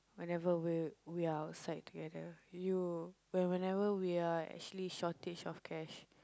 whenever we we are outside together you when~ whenever we are actually shortage of cash